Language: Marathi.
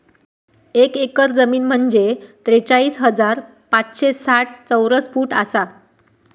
एक एकर जमीन म्हंजे त्रेचाळीस हजार पाचशे साठ चौरस फूट आसा